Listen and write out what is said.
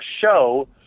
show